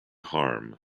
harm